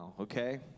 Okay